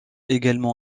également